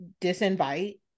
disinvite